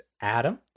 Adam